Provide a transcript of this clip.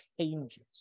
changes